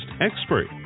expert